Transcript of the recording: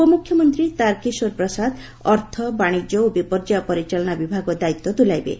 ଉପମୁଖ୍ୟମନ୍ତ୍ରୀ ତାର୍ କିଶୋର୍ ପ୍ରସାଦ ଅର୍ଥ ବାଣିଜ୍ୟ ଓ ବିପର୍ଯ୍ୟୟ ପରିଚାଳନା ବିଭାଗ ଦାୟିତ୍ୱ ତୁଲାଇବେ